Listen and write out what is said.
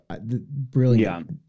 brilliant